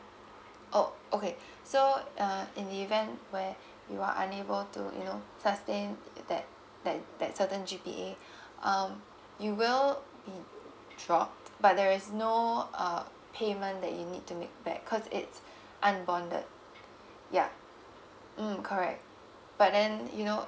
oh okay so uh in the event where you are unable to you know sustain that that that certain G_P_A um you will be throw out but there is no uh payment that you need to make back coz its unbonded yeah mm correct but then you know